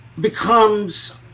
becomes